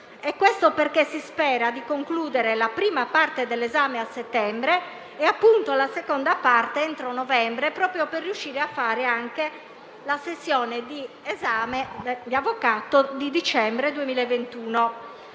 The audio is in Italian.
e questo perché si spera di concludere la prima parte dell'esame a settembre e la seconda parte entro novembre, proprio per riuscire a fare anche la sessione di esame di avvocato di dicembre 2021.